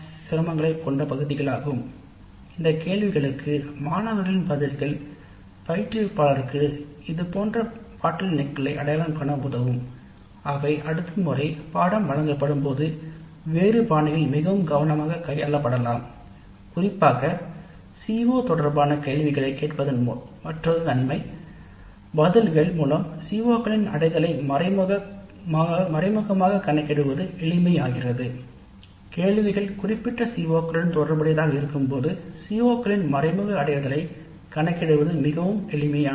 CO தொடர்பான கேள்விகளைக் கேட்பதன் மற்றொரு நன்மை குறிப்பிட்ட CO களுக்கு பதில்கள் அடைய மறைமுகமாக கணக்கிடுவது மிகவும் எளிமையாகிறது